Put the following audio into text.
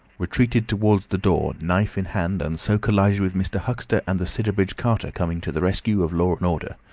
retreated towards the door, knife in hand, and so collided with mr. huxter and the sidderbridge carter coming to the rescue of law and order.